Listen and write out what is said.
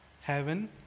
heaven